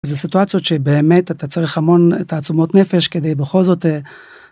זה סיטואציות שבאמת אתה צריך המון תעצומות נפש כדי בכל זאת.